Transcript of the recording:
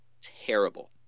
terrible